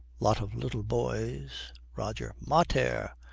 lot of little boys roger. mater!